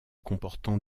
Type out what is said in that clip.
comportant